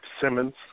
Simmons